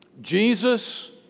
Jesus